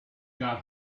got